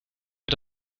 wir